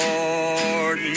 Lord